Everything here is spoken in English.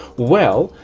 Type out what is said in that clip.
well,